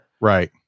Right